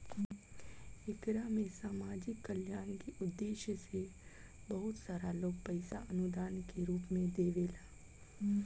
एकरा में सामाजिक कल्याण के उद्देश्य से बहुत सारा लोग पईसा अनुदान के रूप में देवेला